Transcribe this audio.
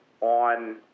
on